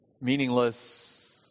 meaningless